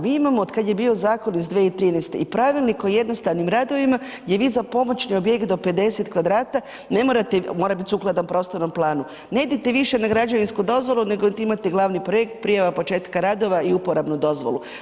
Mi imamo od kada je bio Zakon iz 2013. i Pravilnik o jednostavnim radovima gdje vi za pomoćni objekt do 50 kvadrata ne morate, mora biti sukladan prostornom planu, ne idete više na građevinsku dozvolu, nego imate glavni projekt, prijava početka radova i uporabnu dozvolu.